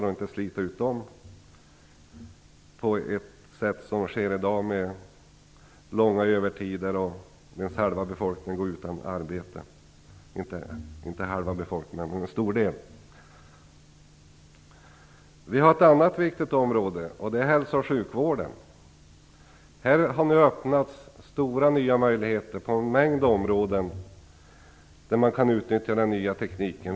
Man skall inte slita ut dem på det sätt som sker i dag med mycket övertid, medan en stor del av befolkningen går utan arbete. Vi har ett annat viktigt område. Det är hälso och sjukvården. Det har öppnats nya möjligheter på en mängd områden, där man kan utnyttja den nya tekniken.